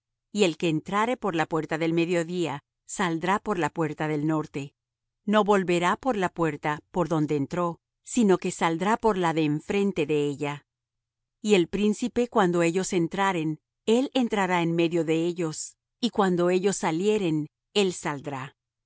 y el que entrare por la puerta del mediodía saldrá por la puerta del norte no volverá por la puerta por donde entró sino que saldrá por la de enfrente de ella y el príncipe cuando ellos entraren él entrará en medio de ellos y cuando ellos salieren él saldrá